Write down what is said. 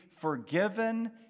forgiven